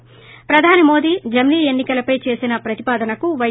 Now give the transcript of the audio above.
ి ప్రధాని మోదీ జమిలి ఎన్ని కలపై చేసిన ప్రతిపాదనకు వై